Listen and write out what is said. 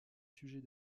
sujets